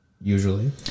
usually